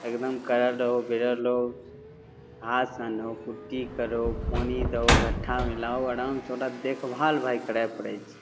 एकदम करल रहू भिड़ल रहू घास आनहो कुट्टी करहो पानी दहो घट्ठा मिलाहो आरामसे ओकरा देखभाल भाइ करै पड़ै छै